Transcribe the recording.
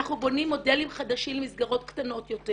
אנחנו בונים מודלים חדשים למסגרות קטנות יותר